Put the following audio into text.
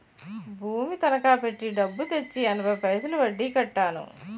భూమి తనకా పెట్టి డబ్బు తెచ్చి ఎనభై పైసలు వడ్డీ కట్టాను